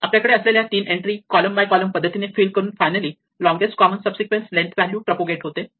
आपल्या कडे असलेल्या तीन एन्ट्री कॉलम बाय कॉलम पद्धतीने फिल करून finally longest common subsequence length value propagate होते